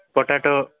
potato